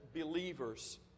believers